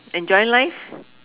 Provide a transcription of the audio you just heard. enjoying life